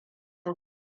sun